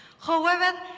however,